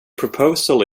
proposal